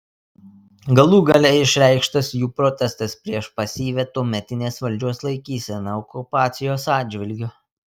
galų gale išreikštas jų protestas prieš pasyvią tuometinės valdžios laikyseną okupacijos atžvilgiu